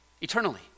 eternally